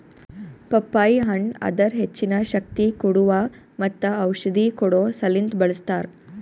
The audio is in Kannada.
ಪಪ್ಪಾಯಿ ಹಣ್ಣ್ ಅದರ್ ಹೆಚ್ಚಿನ ಶಕ್ತಿ ಕೋಡುವಾ ಮತ್ತ ಔಷಧಿ ಕೊಡೋ ಸಲಿಂದ್ ಬಳ್ಸತಾರ್